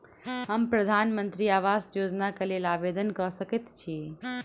हम प्रधानमंत्री आवास योजना केँ लेल आवेदन कऽ सकैत छी?